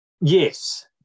Yes